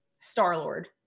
Star-Lord